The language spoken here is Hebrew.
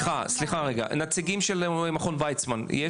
נציגים של מכון ויצמן, יש?